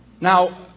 Now